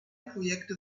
projekte